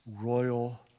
royal